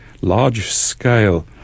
large-scale